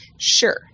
Sure